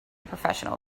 professional